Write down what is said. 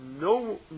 no